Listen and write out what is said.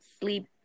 sleep